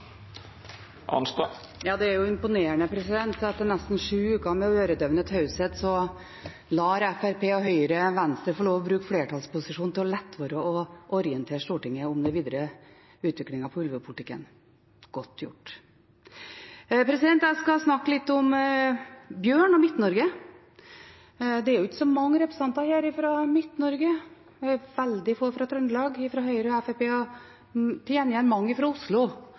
Det er imponerende etter nesten sju uker med øredøvende taushet at Fremskrittspartiet og Høyre lar Venstre få lov til å bruke flertallsposisjonen til å la være å orientere Stortinget om den videre utviklingen av ulvepolitikken – godt gjort. Jeg skal snakke litt om bjørn og Midt-Norge. Det er jo ikke så mange representanter her fra Midt-Norge, veldig få fra Trøndelag i Høyre og Fremskrittspartiet og til gjengjeld mange fra Oslo,